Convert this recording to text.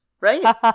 Right